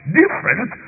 different